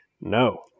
No